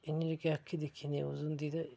इ'यां जेह्की अक्खी दिक्खी दी न्यूज होंदी ते